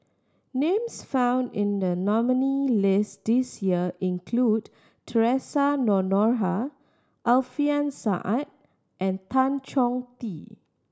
names found in the nominee list this year include Theresa Noronha Alfian Sa'at and Tan Chong Tee